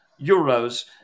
euros